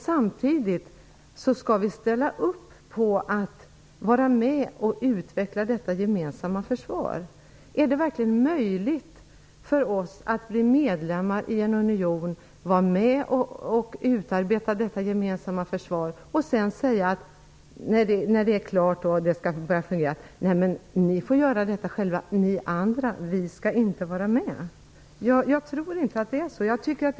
Samtidigt skall vi ställa upp på att utveckla ett gemensamt försvar. Är det verkligen möjligt för oss att bli medlem i en union, utarbeta detta gemensamma försvar och sedan när allt skall börja fungera säga: Nej, ni andra får göra detta. Vi skall inte vara med. Jag tror inte att man kan göra så.